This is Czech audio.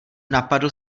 napadl